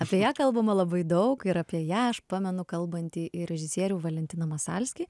apie ją kalbama labai daug ir apie ją aš pamenu kalbantį ir režisierių valentiną masalskį